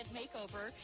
makeover